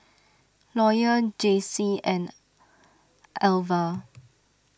Lawyer Jaycie and Alvah